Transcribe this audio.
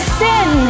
sin